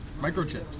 microchips